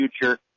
future